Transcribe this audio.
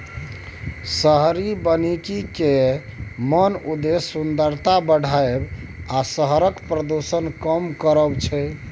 शहरी बनिकी केर मेन उद्देश्य सुंदरता बढ़ाएब आ शहरक प्रदुषण कम करब छै